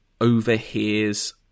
overhears